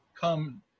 Come